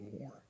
more